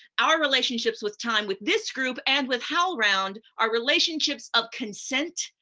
our relationships with time with this group and with howlround, are relationships of consent,